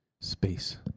space